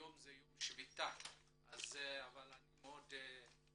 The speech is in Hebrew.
היום זה יום שביתה אבל אני מאוד מברך